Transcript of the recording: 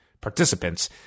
participants